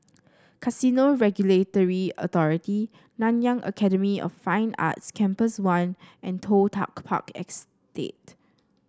Casino Regulatory Authority Nanyang Academy of Fine Arts Campus One and Toh Tuck Park Estate